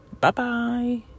Bye-bye